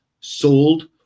sold